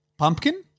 Pumpkin